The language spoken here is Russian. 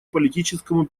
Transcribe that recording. политическому